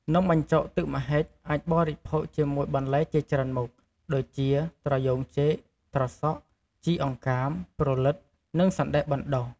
នំបញ្ចុកទឹកម្ហិចអាចបរិភោគជាមួយបន្លែជាច្រើនមុខ ដូចជា ត្រយូងចេក ត្រសក់ ជីអង្កាម ព្រលិត និងសណ្ដែកបណ្ដុះ។